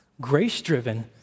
grace-driven